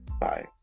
Bye